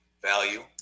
value